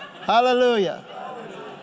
Hallelujah